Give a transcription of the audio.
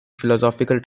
philosophical